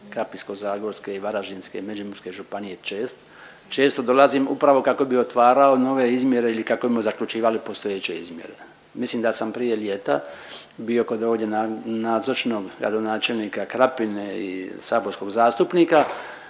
Krapinsko-zagorske i Varaždinske i Međimurske županije često dolazim upravo kako bi otvarao nove izmjere ili kako bi zaključivali postojeće izmjere. Mislim da sam prije ljeta bio kod ovdje nazočnog gradonačelnika Krapine i saborskog zastupnika